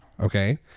Okay